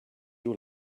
you